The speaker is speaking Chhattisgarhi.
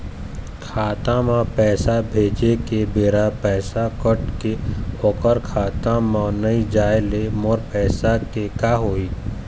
खाता म पैसा भेजे के बेरा पैसा कट के ओकर खाता म नई जाय ले मोर पैसा के का होही?